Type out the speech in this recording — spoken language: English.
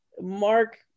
Mark